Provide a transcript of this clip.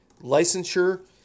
licensure